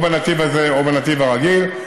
או בנתיב הזה או בנתיב הרגיל.